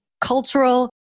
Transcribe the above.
cultural